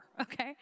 okay